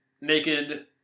naked